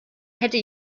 hätte